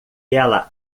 ela